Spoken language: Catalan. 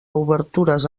obertures